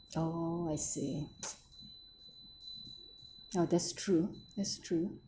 oh I see oh that's true that's true